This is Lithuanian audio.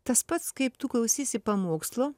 tas pats kaip tu klausysi pamokslo